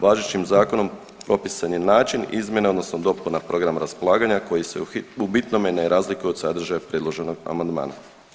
Važećim zakonom propisan je način izmjena odnosno dopuna programa raspolaganja koji se u bitnome na razlikuje od sadržaja predloženog amandmana.